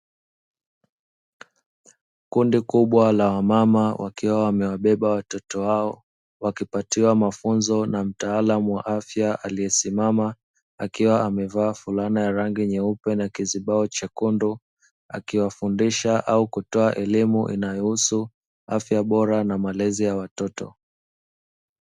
Kundi kubwa la wamama wakiwa wamewabeba watoto wao, wakipatiwa mafunzo na mtaalamu wa afya aliyesimama, akiwa amevaa fulana ya rangi nyeupe na kizibao chekundu, akiwafundisha au kutoa elimu inayohusu afya bora na malezi ya watoto.